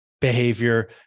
behavior